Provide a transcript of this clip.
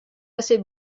assez